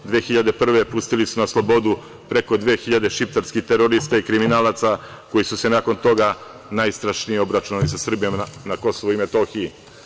Godine 2001. pustili su na slobodu preko 2.000 šiptarskih terorista i kriminalaca koji su se nakon toga najstrašnije obračunali sa Srbima na Kosovu i Metohiju.